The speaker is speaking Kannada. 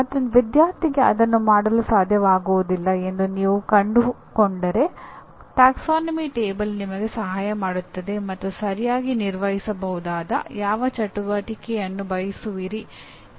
ಮತ್ತು ವಿದ್ಯಾರ್ಥಿಗೆ ಅದನ್ನು ಮಾಡಲು ಸಾಧ್ಯವಾಗುವುದಿಲ್ಲ ಎಂದು ನೀವು ಕಂಡುಕೊಂಡರೆ ಪ್ರವರ್ಗ ಕೋಷ್ಟಕ ನಿಮಗೆ ಸಹಾಯ ಮಾಡುತ್ತದೆ ಮತ್ತು ಸರಿಯಾಗಿ ನಿರ್ವಹಿಸಬಹುದಾದ ಯಾವ ಚಟುವಟಿಕೆಯನ್ನು ಬಯಸುವಿರಿ ಎಂದು ಹೇಳಬಹುದು